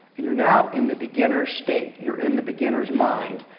and you're now in the beginner's state. you're in the beginner's mind.